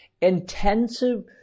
intensive